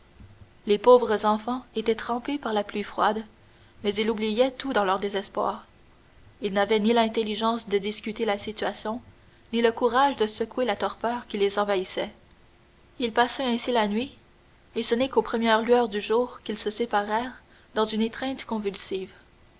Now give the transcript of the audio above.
les pauvres enfants étaient trempés par la pluie froide mais ils oubliaient tout dans leur désespoir ils n'avaient ni l'intelligence de discuter la situation ni le courage de secouer la torpeur qui les envahissait ils passèrent ainsi la nuit et ce n'est qu'aux premières lueurs du jour qu'ils se séparèrent dans une étreinte convulsive